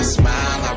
smile